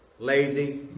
Lazy